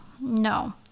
no